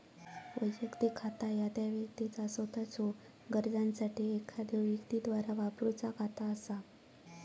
वैयक्तिक खाता ह्या त्या व्यक्तीचा सोताच्यो गरजांसाठी एखाद्यो व्यक्तीद्वारा वापरूचा खाता असा